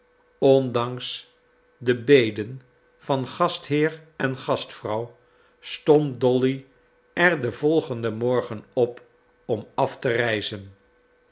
ondanks de beden van gastheer en gastvrouw stond dolly er den volgenden morgen op om af te reizen